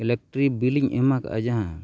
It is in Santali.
ᱤᱧ ᱮᱢ ᱟᱠᱟᱫᱟ ᱡᱟᱦᱟᱸ